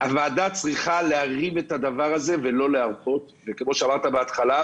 שהוועדה צריכה להרים את הדבר הזה ולא להרפות וכמו שאמרת בהתחלה,